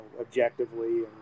objectively